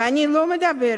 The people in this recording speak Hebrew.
ואני לא מדברת